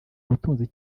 ubutunzi